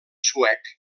suec